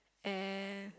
and